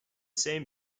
same